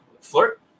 flirt